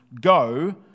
go